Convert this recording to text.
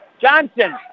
Johnson